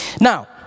Now